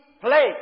play